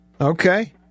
Okay